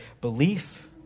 belief